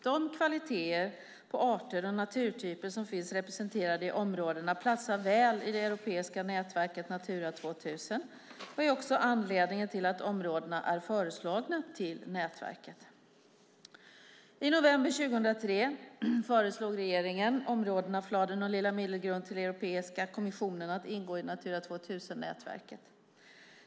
De kvaliteter på arter och naturtyper som finns representerade i områdena platsar väl i det europeiska nätverket Natura 2000 och är också anledningen till att områdena är föreslagna till nätverket. I november 2003 föreslog regeringen områdena Fladen och Lilla Middelgrund till Europeiska kommissionen att ingå i Natura 2000-nätverket.